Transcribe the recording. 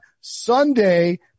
Sunday